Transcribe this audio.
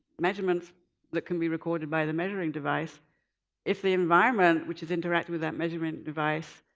measurements that can be recorded by the measuring device if the environment, which is interacting with that measuring device,